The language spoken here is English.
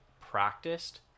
practiced